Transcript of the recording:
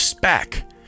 back